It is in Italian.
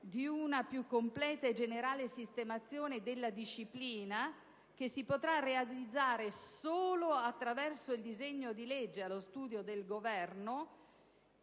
di una più completa e generale sistemazione della disciplina, che si potrà realizzare solo attraverso il disegno di legge allo studio del Governo